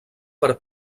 per